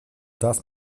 das